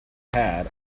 had